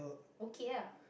okay ah